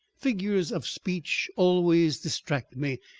figures of speech always distract me,